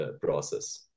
process